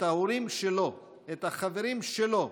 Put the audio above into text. את ההורים שלו, את החברים שלו,